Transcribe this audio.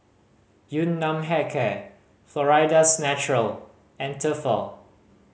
Yun Nam Hair Care Florida's Natural and Tefal